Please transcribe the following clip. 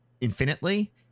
infinitely